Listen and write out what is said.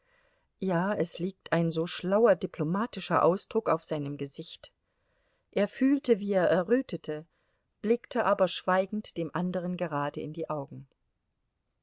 ja es liegt ein so schlauer diplomatischer ausdruck auf seinem gesicht er fühlte wie er errötete blickte aber schweigend dem anderen gerade in die augen